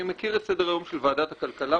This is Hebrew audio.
אני מכיר את סדר-היום של וועדת הכלכלה,